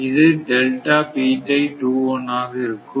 இது ஆக இருக்கும்